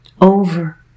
over